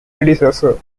predecessor